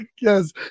Yes